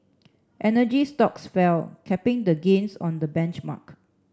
energy stocks fell capping the gains on the benchmark